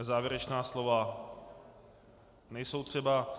Závěrečná slova... nejsou třeba.